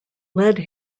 led